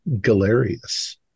Galerius